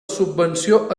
subvenció